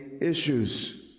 issues